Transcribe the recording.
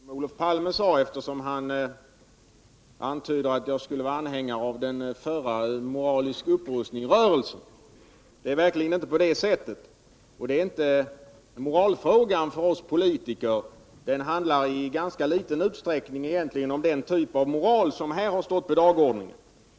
Herr talman! Jag skall bara kommentera något som Olof Palme sade. Han antydde att jag skulle vara anhängare av rörelsen Moralisk upprustning. Det är verkligen inte på det sättet. Det gäller egentligen inte moralfrågan för oss politiker. Egentligen handlar det i ganska liten utsträckning om den typ av moral som här har stått på dagordningen.